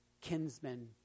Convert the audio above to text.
kinsmen